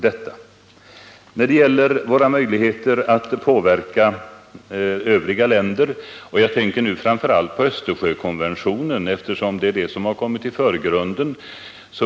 Sedan några ord om våra möjligheter att påverka övriga länder. Jag tänker framför allt på Östersjökonventionen, eftersom det är den som har kommit i förgrunden.